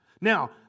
Now